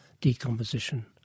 decomposition